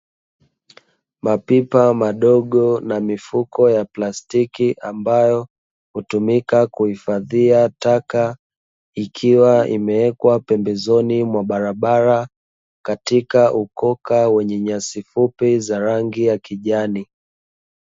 Mapipa madogo na mifuko ya plastiki ambayo hutumika kuhifadhia taka, ikiwa imewekwa pembezoni mwa barabara katika ukoka wenye nyasi fupi za rangi ya kijani.